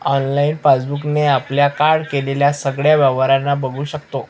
online passbook ने आपल्या card केलेल्या सगळ्या व्यवहारांना बघू शकतो